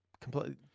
completely